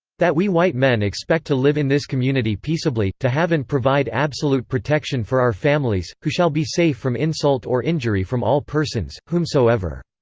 that we white men expect to live in this community peaceably to have and provide absolute protection for our families, who shall be safe from insult or injury from all persons, whomsoever.